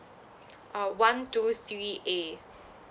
uh one two three A